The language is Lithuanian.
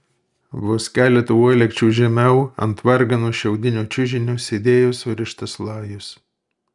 vos keletu uolekčių žemiau ant vargano šiaudinio čiužinio sėdėjo surištas lajus